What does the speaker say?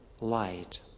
light